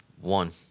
one